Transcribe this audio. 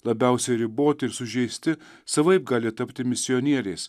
labiausiai riboti ir sužeisti savaip gali tapti misionieriais